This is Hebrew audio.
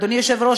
אדוני היושב-ראש,